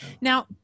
Now